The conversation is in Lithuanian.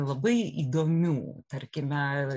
labai įdomių tarkime